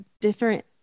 different